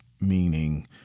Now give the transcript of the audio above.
meaning